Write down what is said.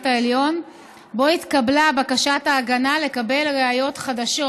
העליון ובו התקבלה בקשת ההגנה לקבל ראיות חדשות.